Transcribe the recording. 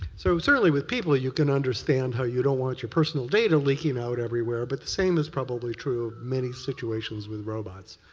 so certainly, with people, you can understand how you don't want your personal data leaking out everywhere, but the same is probably true in many situations with robots,